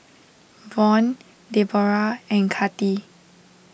Vaughn Debora and Kathi